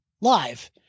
live